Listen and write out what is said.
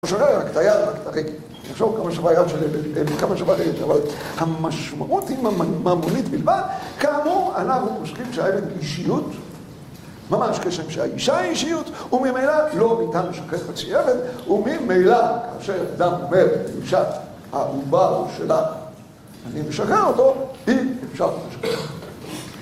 הוא שחרר רק את היד, רק את הרגל. אני חושב כמה שווה יד שלהם וכמה שווה הרגל. אבל המשמעות היא ממונית בלבד. כאמור, אנחנו חושבים שהאבן אישיות, ממש כשם שהאישה היא אישיות, וממילא לא ניתן לשחרר חצי עבד, וממילא כאשר אדם עובר אישה העובר הוא שלה, אני משחרר אותו, אם אפשר.